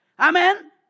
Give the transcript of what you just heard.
Amen